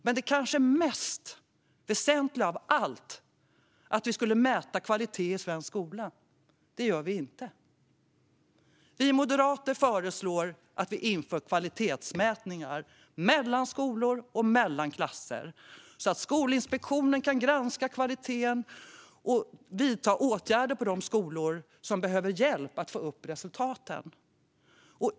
Men det kanske mest väsentliga av allt, kvaliteten i svensk skola, mäter vi inte. Vi moderater förslår att vi inför kvalitetsmätningar, mellan skolor och mellan klasser, så att Skolinspektionen kan granska kvaliteten och vidta åtgärder på de skolor som behöver hjälp att få upp resultaten.